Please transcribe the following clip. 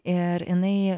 ir jinai